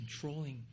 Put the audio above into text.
controlling